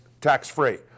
tax-free